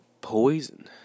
Poison